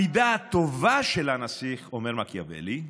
המידה הטובה של הנסיך, אומר מקיאוולי,